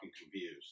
confused